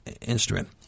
instrument